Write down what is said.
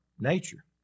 nature